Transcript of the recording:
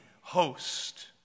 Host